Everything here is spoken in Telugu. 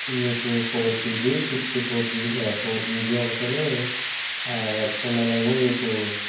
మీకు four GB sixty four GB four GB ఒకటని ఎక్స్టర్నల్ ఏమో మీకు